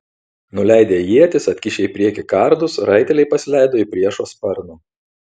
nuleidę ietis atkišę į priekį kardus raiteliai pasileido į priešo sparną